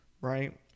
Right